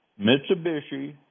Mitsubishi